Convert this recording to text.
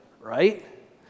right